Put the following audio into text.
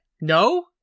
No